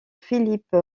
philippe